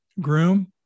groom